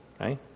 right